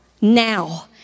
Now